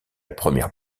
première